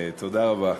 תודה רבה.